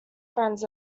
friends